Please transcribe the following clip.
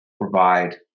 provide